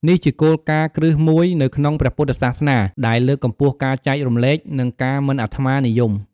សាមគ្គីភាពសហគមន៍ ជាការទទួលភ្ញៀវបែបនេះជួយពង្រឹងចំណងមិត្តភាព និងសាមគ្គីភាពក្នុងសហគមន៍ពុទ្ធសាសនិក។